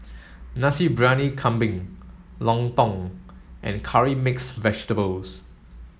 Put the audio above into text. Nasi Briyani Kambing Lontong and curry mix vegetables